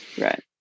Right